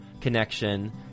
connection